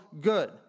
good